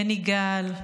בני גל,